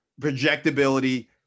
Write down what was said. projectability